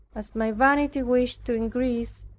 as my vanity wished to increase,